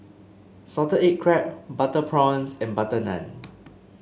Salted Egg Crab Butter Prawns and butter naan